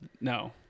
No